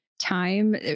time